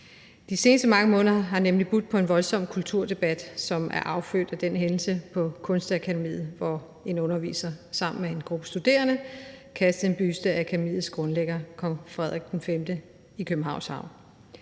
De seneste mange måneder har nemlig budt på en voldsom kulturdebat, som er affødt er den hændelse på Kunstakademiet, hvor en underviser sammen med en gruppe studerende kastede en buste af Akademiets grundlægger, kong Frederik V, i Københavns havn.